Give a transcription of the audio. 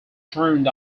turned